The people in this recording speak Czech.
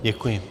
Děkuji.